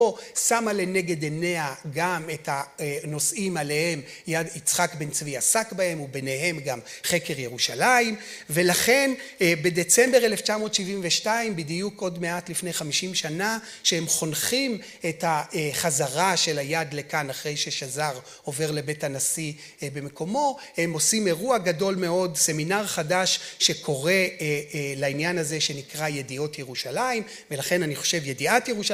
שבו שמה לנגד עיניה גם את הנושאים עליהם יצחק בן צבי עסק בהם, וביניהם גם חקר ירושלים, ולכן בדצמבר 1972, בדיוק עוד מעט לפני 50 שנה, שהם חונכים את החזרה של היד לכאן אחרי ששזר עובר לבית הנשיא במקומו, הם עושים אירוע גדול מאוד, סמינר חדש שקורא לעניין הזה שנקרא ידיעות ירושלים, ולכן אני חושב ידיעת ירושלים...